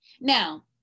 now